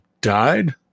died